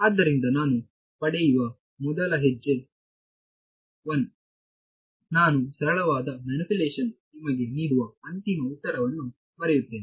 ಆದ್ದರಿಂದ ನಾನು ಪಡೆಯುವ ಮೊದಲ ಹೆಜ್ಜೆ 1 ನಾನು ಸರಳವಾದ ಮಾನುಪುಲೇಶನ್ ನಿಮಗೆ ನೀಡುವ ಅಂತಿಮ ಉತ್ತರವನ್ನು ಬರೆಯುತ್ತೇನೆ